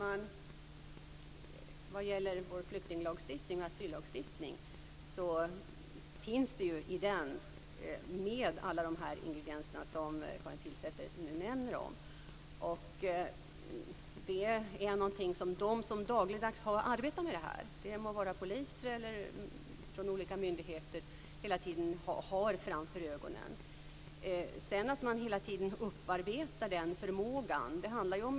Fru talman! Flykting och asyllagstiftningen innehåller de ingredienser Karin Pilsäter nämnde. De som dagligdags arbetar med dessa frågor, poliser och myndigheter, har hela tiden dessa ingredienser framför ögonen. Man får hela tiden upparbeta förmågan.